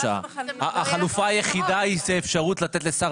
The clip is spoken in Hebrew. החלופה היחידה היא האפשרות לתת לשר